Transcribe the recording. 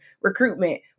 recruitment